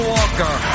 Walker